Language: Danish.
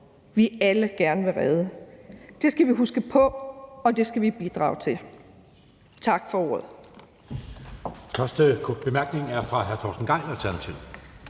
vi alle gerne vil redde. Det skal vi huske på, og det skal vi bidrage til. Tak for ordet.